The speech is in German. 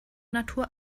natur